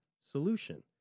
solution